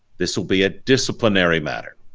this will be a disciplinary matter